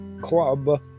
Club